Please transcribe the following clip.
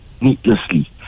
needlessly